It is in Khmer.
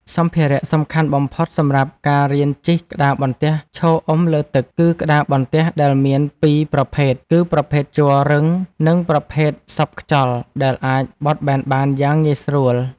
សម្ភារៈសំខាន់បំផុតសម្រាប់ការរៀនជិះក្តារបន្ទះឈរអុំលើទឹក គឺក្តារបន្ទះ ដែលមានពីរប្រភេទគឺ ប្រភេទជ័ររឹង និងប្រភេទសប់ខ្យល់ដែលអាចបត់បែនបានយ៉ាងងាយស្រួល។